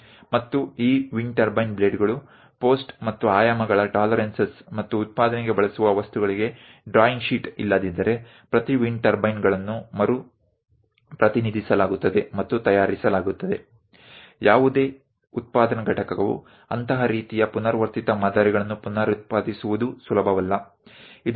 અને જ્યાં સુધી આ વિન્ડ ટર્બાઇન બ્લેડ તેના માટે નો થાંભલો અને પરિમાણો ના ટોલેરન્સિસનુ સ્પષ્ટ રીતે ઉલ્લેખ ન અને ઉત્પાદન માટે વપરાતી સામગ્રી ધરાવતી ડ્રોઇંગ શીટ હોય ત્યાં સુધી દરેક વિન્ડ ટર્બાઇન ને ફરીથી રજૂ અને બનાવી શકાય તેમ માનવામાં આવે છે કોઈ પણ ઉત્પાદન એકમ માટે આ પ્રકારની પુનરાવર્તિત પેટર્નનું પુનહ ઉત્પાદન કરવું સરળ નહીં હોય